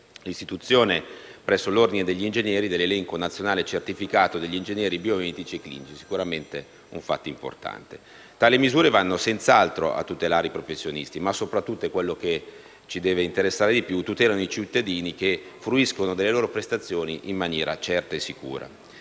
l'istituzione, presso l'Ordine degli ingegneri, dell'elenco nazionale certificato degli ingegneri biomedici e clinici è sicuramente un fatto importante. Tali misure vanno senz'altro a tutelare i professionisti, ma soprattutto, ed è quello che ci deve interessare di più, i cittadini, che fruiscono delle loro prestazioni in maniera certa e sicura.